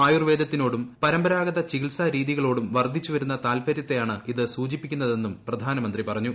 ആയൂർവേദത്തിനോടും പരമ്പരാഗത ചികിത്സാ രീതികളോടും വർദ്ധിച്ചുവരുന്ന താൽപര്യത്തെയാണ് ഇത് സൂചിപ്പിക്കുന്നതെന്നും പ്രധാനമന്ത്രി പറഞ്ഞു